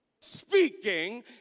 speaking